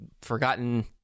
Forgotten